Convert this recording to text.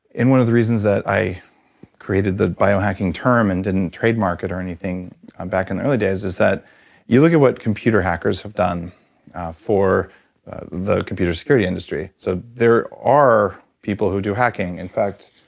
and one of the reasons that i created the bio hacking term and didn't trademark it or anything um back in the early days is that you look at what computer hackers have done for the computer security industry. so there are people who do hacking. in fact,